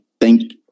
thank